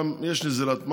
יש נזילת מים,